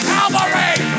Calvary